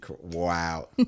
wow